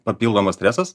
papildomas stresas